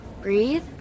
Breathe